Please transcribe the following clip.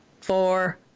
four